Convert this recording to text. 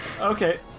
Okay